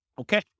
Okay